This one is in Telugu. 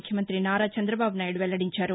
ముఖ్యమంగ్రతి నారా చంగ్రదబాబునాయుడు వెల్లడించారు